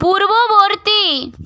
পূর্ববর্তী